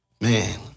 man